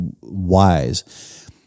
wise